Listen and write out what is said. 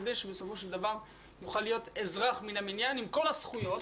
כדי שבסופו של דבר יוכל להיות אזרח מן המניין עם כל הזכויות.